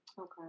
Okay